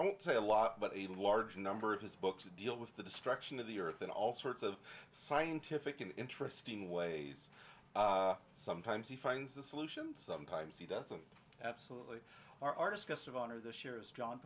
don't say a lot but a large number of his books deal with the destruction of the earth in all sorts of scientific and interesting ways sometimes he finds the solutions sometimes he doesn't absolutely are discussed of honor this year is john